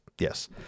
Yes